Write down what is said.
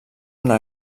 una